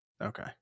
Okay